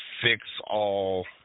fix-all